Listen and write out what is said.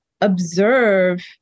observe